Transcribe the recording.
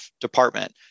department